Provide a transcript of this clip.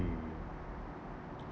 she